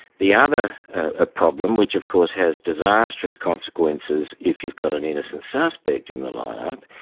the other ah problem, which of course has disastrous consequences if you've got an innocent suspect in the line-up,